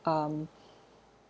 um